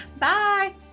bye